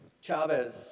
Chavez